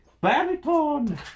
Baritone